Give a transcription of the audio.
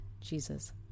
Jesus